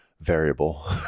variable